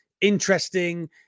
interesting